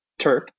TERP